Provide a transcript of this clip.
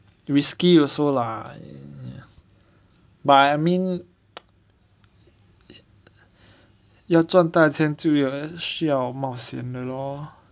risky also lah ya but I mean 要赚大钱就要需要冒险的 lor